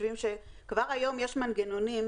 כבר היום יש מנגנונים